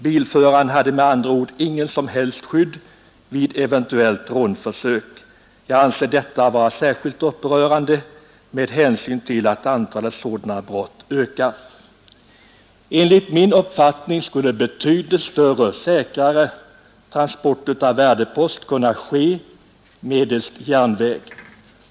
Bilföraren hade med andra ord inget som helst skydd vid eventuellt rånförsök. Jag anser detta vara särskilt upprörande med hänsyn till att antalet sådana brott ökar. Enligt min uppfattning skulle betydligt större och säkrare transporter av värdepost kunna ske medelst järnväg.